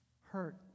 hurt